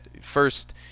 First